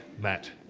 Matt